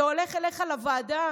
זה הולך אליך לוועדה.